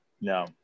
No